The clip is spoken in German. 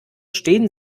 stehen